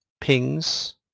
pings